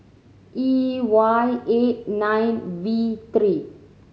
E Y eight nine V three